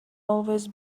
always